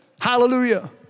Hallelujah